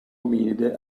ominide